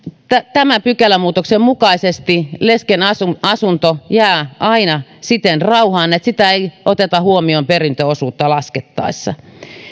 tämän pykälämuutoksen mukaisesti lesken asunto asunto jää aina rauhaan siten että sitä ei oteta huomioon perintöosuutta laskettaessa